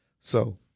So-